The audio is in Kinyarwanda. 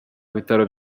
bitaro